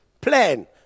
plan